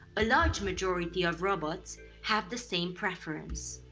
a large majority of robots have the same preference.